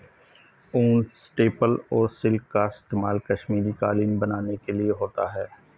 ऊन, स्टेपल और सिल्क का इस्तेमाल कश्मीरी कालीन बनाने के लिए होता है